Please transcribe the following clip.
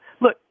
Look